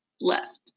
left